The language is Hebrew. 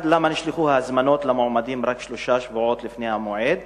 1. למה נשלחו ההזמנות למועמדים רק שלושה שבועות לפני המועד?